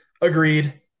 agreed